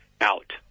out